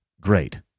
great